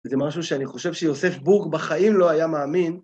זה משהו שאני חושב שיוסף בורג בחיים לא היה מאמין.